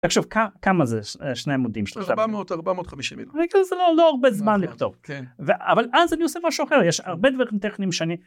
תקשיב, כמה זה שני עמודים שלך? 400, 450. זה לא הרבה זמן לכתוב. כן. אבל אז אני עושה משהו אחר, יש הרבה דברים טכנים שאני...